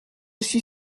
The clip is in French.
suis